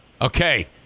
Okay